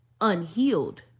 unhealed